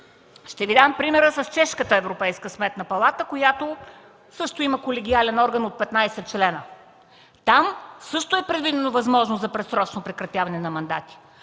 ще Ви дам пример с чешката европейска Сметна палата, която също има колегиален орган от 15 членове. Там също е предвидена възможност за предсрочно прекратяване на мандати,